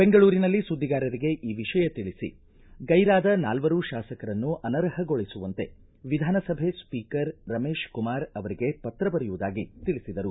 ಬೆಂಗಳೂರಿನಲ್ಲಿ ಸುದ್ದಿಗಾರರಿಗೆ ಈ ವಿಷಯ ತಿಳಿಸಿ ಗೈರಾದ ನಾಲ್ವರು ಶಾಸಕರನ್ನು ಅನರ್ಹಗೊಳಿಸುವಂತೆ ವಿಧಾನಸಭೆ ಸ್ವೀಕರ ರಮೇಶ್ ಕುಮಾರ ಅವರಿಗೆ ಪತ್ರ ಬರೆಯುವುದಾಗಿ ತಿಳಿಸಿದರು